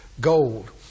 gold